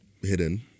hidden